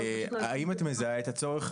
האם את מזהה את הצורך,